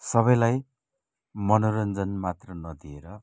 सबैलाई मनोरञ्जन मात्र नदिएर